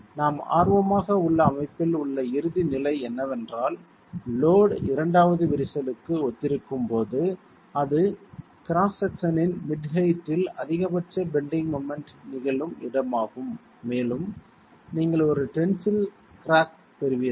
நாம் ஆர்வமாக உள்ள அமைப்பில் உள்ள இறுதி நிலை என்னவென்றால் லோட் இரண்டாவது விரிசலுக்கு ஒத்திருக்கும் போது அது கிராஸ் செக்சன் இன் மிட் ஹெயிட்டில் அதிகபட்ச பெண்டிங் மொமெண்ட் நிகழும் இடமாகும் மேலும் நீங்கள் ஒரு டென்சில் கிராக்ப் பெறுவீர்கள்